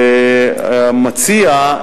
והמציע,